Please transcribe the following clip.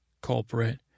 culprit